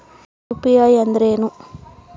UPI ಅಂದ್ರೇನು?